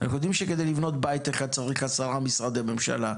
אנחנו יודעים שכדי לבנות בית אחד צריך עשרה משרדי ממשלה,